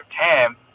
Tam